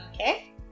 Okay